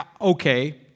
okay